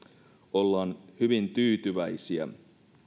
ollaan hyvin tyytyväisiä